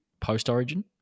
post-Origin